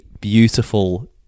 beautiful